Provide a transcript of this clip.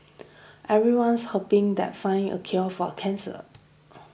everyone's hoping that find a cure for a cancer